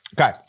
Okay